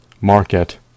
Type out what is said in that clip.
market